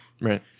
Right